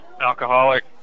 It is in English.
alcoholic